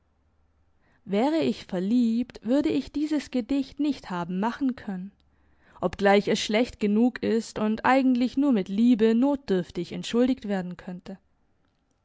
wäre ich verliebt würde ich dieses gedicht nicht haben machen können obgleich es schlecht genug ist und eigentlich nur mit liebe notdürftig entschuldigt werden könnte